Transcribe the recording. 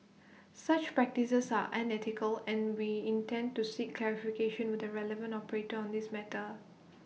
such practices are unethical and we intend to seek clarification with the relevant operator on this matter